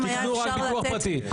תקנו רק ביטוח פרטי.